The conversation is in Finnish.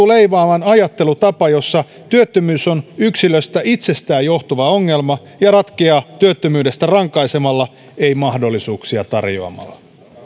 leimaa ajattelutapa jossa työttömyys on yksilöstä itsestään johtuva ongelma ja ratkeaa työttömyydestä rankaisemalla ei mahdollisuuksia tarjoamalla